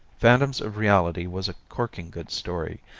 phantoms of reality was a corking good story,